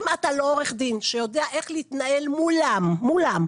אם אתה לא עורך דין שיודע איך להתנהל מולם והם